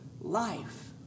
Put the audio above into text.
life